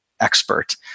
expert